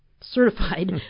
certified